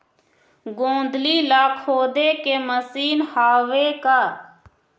गोंदली ला खोदे के मशीन हावे का?